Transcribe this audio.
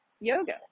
yoga